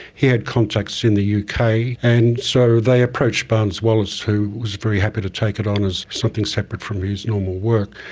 he had contacts in the uk, kind of and so they approached barnes wallis who was very happy to take it on as something separate from his normal work.